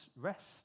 rest